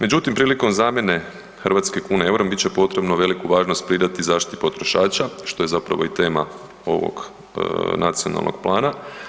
Međutim, prilikom zamjene hrvatske kune EUR-om bit će potrebno veliku važnost pridati zaštiti potrošača, što je zapravo i tema ovog nacionalnog plana.